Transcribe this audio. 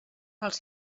als